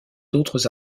d’autres